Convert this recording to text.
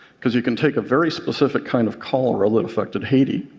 because you can take a very specific kind of cholera that affected haiti,